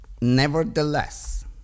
nevertheless